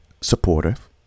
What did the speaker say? supportive